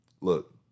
look